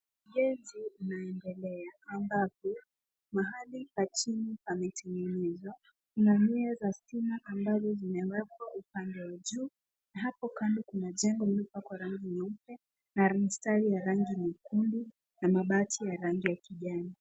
Ujenzi unaendelea, ambapo mahali pa chini pametengenezwa. Kuna nyaya za stima ambazo zimewekwa upande wa juu na hapo kando kuna jengo lililopakwa rangi nyeupe na mistari ya rangi nyekundu na mabati ya rangi ya kijani.